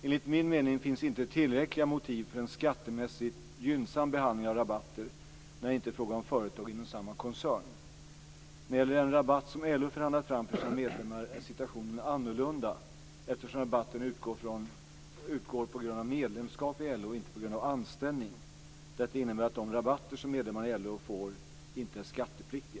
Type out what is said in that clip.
Enligt min mening finns inte tillräckliga motiv för en skattemässigt gynnsam behandling av rabatter när det inte är fråga om företag inom samma koncern. När det gäller den rabatt som LO förhandlat fram för sina medlemmar är situationen annorlunda eftersom rabatten utgår på grund av medlemskap i LO och inte på grund av anställning. Detta innebär att de rabatter som medlemmarna i LO får inte är skattepliktiga.